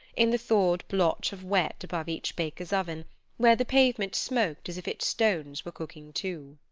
in the thawed blotch of wet above each baker's oven where the pavement smoked as if its stones were cooking too.